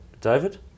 David